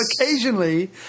Occasionally